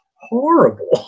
horrible